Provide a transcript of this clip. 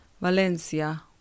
Valencia